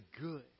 good